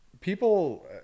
people